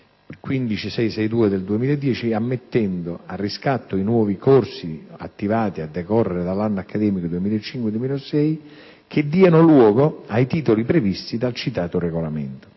015662 del 2010, ammettendo a riscatto i nuovi corsi attivati a decorrere dall'anno accademico 2005-2006 che diano luogo ai titoli previsti dal citato regolamento